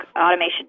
automation